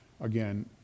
again